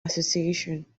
association